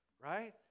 right